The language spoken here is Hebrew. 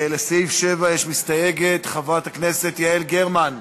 לסעיף 7 יש מסתייגת, חברת הכנסת יעל גרמן.